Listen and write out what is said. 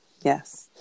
Yes